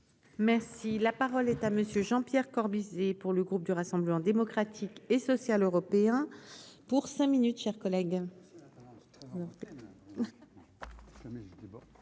Merci, la parole est à monsieur Jean-Pierre Corbisez pour le groupe du Rassemblement démocratique et social européen pour cinq minutes chers collègues.